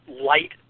light